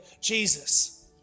Jesus